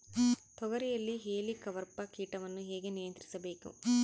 ತೋಗರಿಯಲ್ಲಿ ಹೇಲಿಕವರ್ಪ ಕೇಟವನ್ನು ಹೇಗೆ ನಿಯಂತ್ರಿಸಬೇಕು?